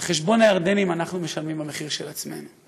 על חשבון הירדנים אנחנו משלמים במחיר של עצמנו.